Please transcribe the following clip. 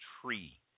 tree